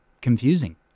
confusing